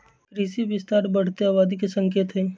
कृषि विस्तार बढ़ते आबादी के संकेत हई